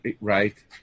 Right